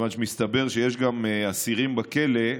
כיוון שמסתבר שיש אסירים בכלא,